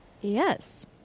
Yes